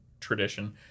tradition